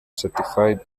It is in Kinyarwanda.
certified